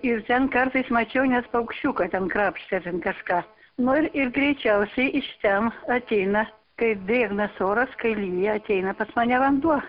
ir ten kartais mačiau net paukščiuką ten krapštė ten kažką nu ir ir greičiausiai iš ten ateina kai drėgnas oras kai lyja ateina pas mane vanduo